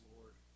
Lord